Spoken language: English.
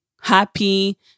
happy